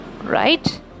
Right